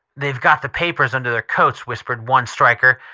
they've got the papers under their coats, whispered one striker,